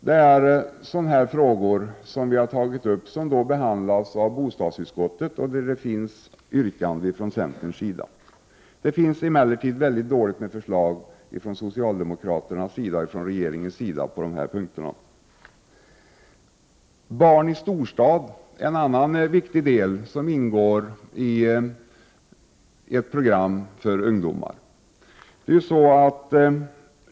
Detta är yrkanden som vi har tagit upp och som behandlas av bostadsutskottet. Emellertid är det mycket dåligt med förslag från regeringen när det gäller dessa frågor. Barn i storstad är en annan viktig del som ingår i ett program för ungdomar.